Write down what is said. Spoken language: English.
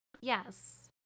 Yes